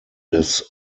des